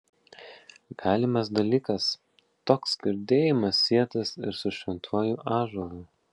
galimas dalykas toks girdėjimas sietas ir su šventuoju ąžuolu